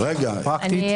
אתי,